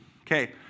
Okay